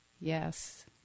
Yes